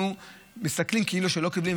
אנחנו מסתכלים כאילו הם לא קיבלו,